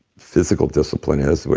physical discipline is. but